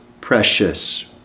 precious